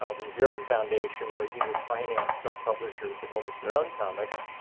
ah the xeric foundation, where he would finance self-publishers to publish their own comics.